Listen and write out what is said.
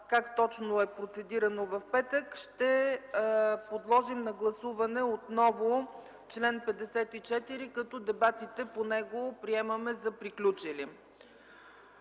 как точно е процедирано в петък, ще подложим на гласуване отново чл. 54, като дебатите по него приемаме за приключили.